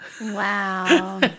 Wow